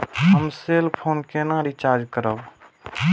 हम cell phone केना रिचार्ज करब?